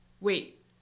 wait